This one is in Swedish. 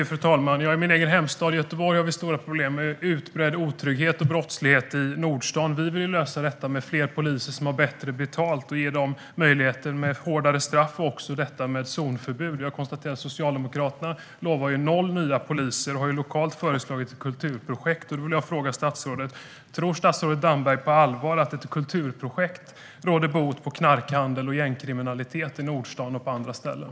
Fru talman! I min egen hemstad Göteborg har vi stora problem med utbredd otrygghet och brottslighet i Nordstan. Vi vill möta detta med fler poliser som har bättre betalt och ge dem möjligheten med hårdare straff och också detta med zonförbud. Jag konstaterar att Socialdemokraterna lovar noll nya poliser och lokalt har föreslagit kulturprojekt. Då vill jag fråga: Tror statsrådet Damberg att ett kulturprojekt råder bot på knarkhandel och gängkriminalitet i Nordstan och på andra ställen?